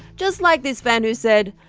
just like this fan, who said,